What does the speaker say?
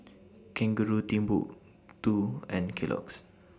Kangaroo Timbuk two and Kellogg's